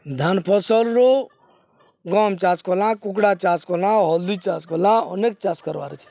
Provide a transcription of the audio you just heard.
ଧାନ୍ ଫସଲ୍ରୁ ଗହମ୍ ଚାଷ୍ କଲା କୁକୁଡ଼ା ଚାଷ୍ କଲା ହଲ୍ଦୀ ଚାଷ୍ କଲା ଅନେକ୍ ଚାଷ୍ କର୍ବାର୍ ଅଛେ